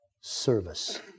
service